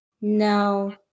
No